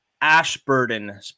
Ashburton